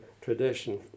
tradition